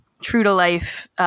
true-to-life